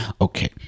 okay